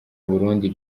burundi